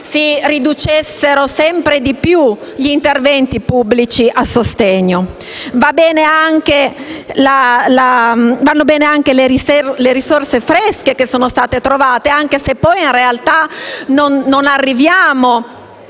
si riducessero sempre di più gli interventi pubblici a sostegno. Vanno bene anche le risorse fresche che sono state trovate, anche se poi in realtà il Fondo